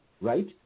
right